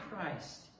Christ